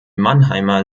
mannheimer